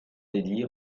délit